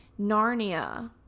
Narnia